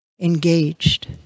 engaged